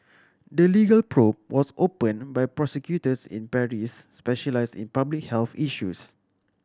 the legal probe was opened by prosecutors in Paris specialised in public health issues